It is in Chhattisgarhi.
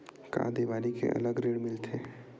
का देवारी के अलग ऋण मिलथे?